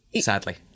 sadly